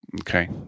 Okay